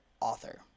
author